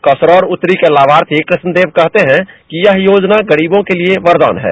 कसरौर उत्तरी के लाभार्थी कृष्ण देव कहते हैं कि यह योजना गरीबों के लिए वरदान है